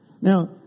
Now